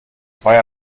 zwei